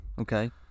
Okay